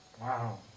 Wow